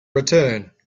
return